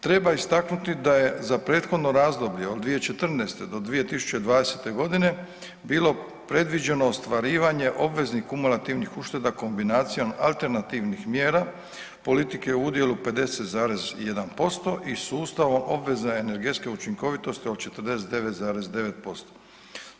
Treba istaknuti da je za prethodno razdoblje od 2014. do 2020. g. bilo predviđeno ostvarivanje obveznih kumulativnih ušteda kombinacijom alternativnih mjera, politike u udjelu 50,1% i sustavom obvezne energetske učinkovitosti od 49,9%